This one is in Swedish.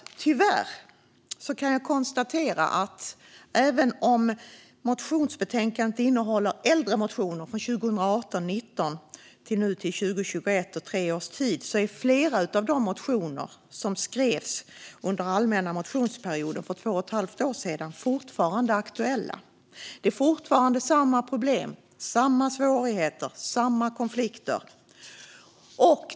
Motionsbetänkandet innehåller som sagt motioner från tre års tid, 2018 20 och 2020/21, men jag kan tyvärr konstatera att flera av de äldre motionerna, som skrevs under allmänna motionsperioden för två och ett halvt år sedan, fortfarande är aktuella. Det är fortfarande samma problem, samma svårigheter och samma konflikter.